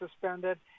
suspended